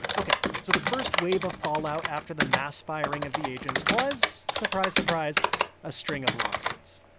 ok, so the first wave of fallout after the mass firing of the agents was surprise, surprise a string of lawsuits,